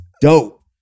dope